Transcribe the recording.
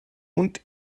und